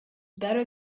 better